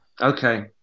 Okay